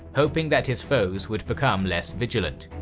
hoping that his foes would become less vigilant.